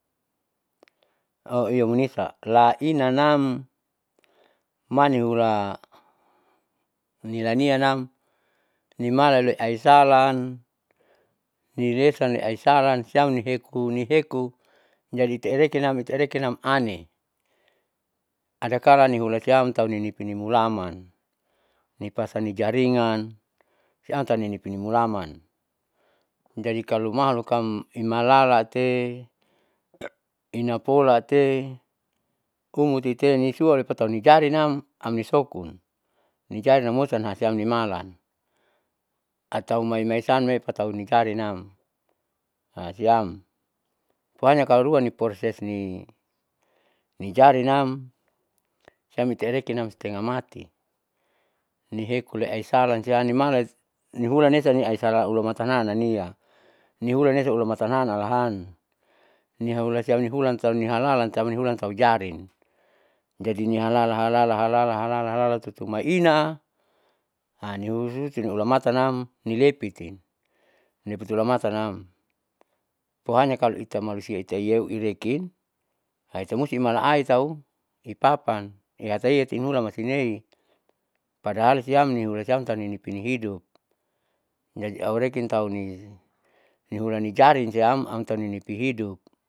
Au iamunisa lainanam manihula nilanianam limala loi aisala niresaniaisala siam nieu nieku jadi irekinam irekinam ani. adakala nihula siam taunipini mulaman nipasani jaringan, siam tauninipi mulaman jadi kalo malukam imalalate inapolate kumutitea nisua lopatonijarinam amnisokun nijarinamosan siam nimalan atau maimosanme patau nijarinam siam soalnya kaloruan niporsi nijarinam siam itarekinam istengamati nihekuaisala siamtimala nihulan lesa niaisala ulamatanalinania nihula lesa ulamatanalinan alahan, niauhulasiam nihulan tahu nialalan taunihulan tahu jarin jadi nihalala halala halala halala tutumaina niusuti nihulamatanam nilepiti, nihepiti ulamatanam pohanya kalu itamalusia iyeu ireki itamusti malaai tahu ipapan ihasaitimulan loisinei padahal siam nihulasiam taunipini hulahidup jadi aurekin tahu ini nihulanijarin siam autaninipihidup